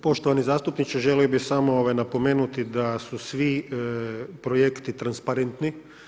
Poštovani zastupniče želio bi samo napomenuti, da su svi projekti transparentni.